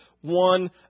one